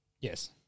Yes